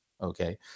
okay